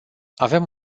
avem